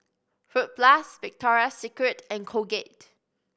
Fruit Plus Victoria Secret and Colgate